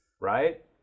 right